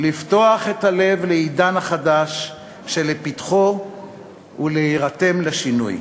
לפתוח את הלב לעידן החדש שלפתחנו ולהירתם לשינוי.